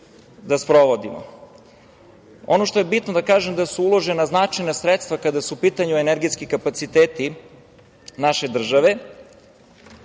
da sprovodimo. Ono što je bitno da kažem je da su uložena značajna sredstva kada su u pitanju energetski kapaciteti naše države,